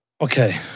Okay